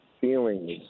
feelings